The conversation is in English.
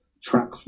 track